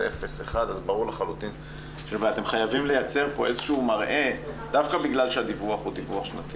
אתם חייבים לייצר פה איזשהו מראה דווקא בגלל שזה דיווח שנתי